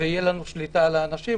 ותהיה לנו שליטה על האנשים.